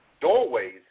doorways